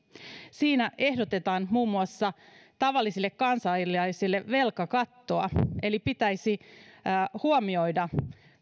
siinä ehdotetaan muun muassa tavallisille kansalaisille velkakattoa eli pitäisi huomioida